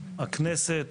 הכנסת,